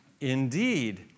Indeed